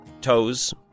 toes